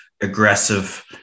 aggressive